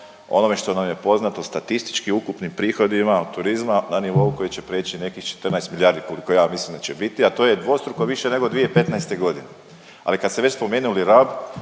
onome što nam je poznato, statistički ukupni prihod imamo od turizma na nivou koji će preći nekih 14 milijardi koliko ja mislim da će biti, a to je dvostruko više nego 2015.g.. Ali kad ste već spomenuli Rab